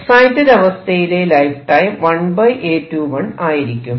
excited അവസ്ഥയിലെ life time 1A21 ആയിരിക്കും